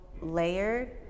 layered